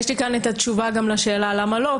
יש לי כאן את התשובה גם לשאלה למה לא,